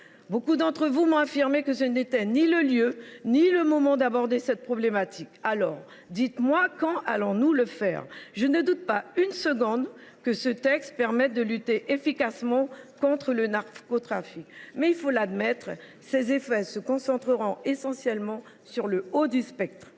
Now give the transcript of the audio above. Beaucoup d’entre vous m’ont affirmé que ce n’était ni le lieu ni le moment d’aborder cette problématique. Alors, dites moi : quand allons nous le faire ? Je ne doute pas une seconde que ce texte permettra de lutter efficacement contre le narcotrafic. Mais, il faut l’admettre, ses effets se concentreront essentiellement sur le haut du spectre.